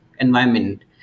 environment